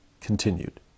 continued